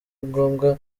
ngombwa